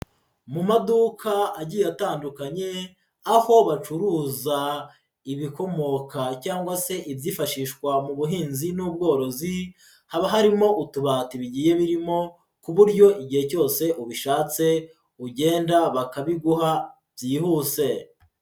Mu maduka agiye atandukanye, aho bacuruza ibikomoka cyangwa se ibyifashishwa mu buhinzi n'ubworozi, haba harimo utubati bigiye birimo ku buryo igihe cyose ubishatse, ugenda bakabiguha byihuse.